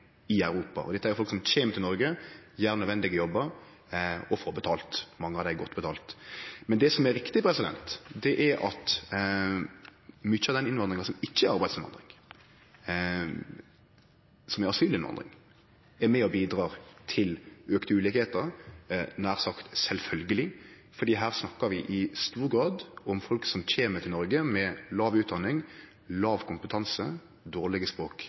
i Europa, og dette er folk som kjem til Noreg, gjer nødvendige jobbar og får betalt – mange av dei godt betalt. Men det som er riktig, er at mykje av den innvandringa som ikkje er arbeidsinnvandring, som er asylinnvandring, er med og bidrar til ein auke i ulikskap – nær sagt sjølvsagt – fordi her snakkar vi i stor grad om folk som kjem til Noreg med låg utdanning, låg kompetanse, dårlege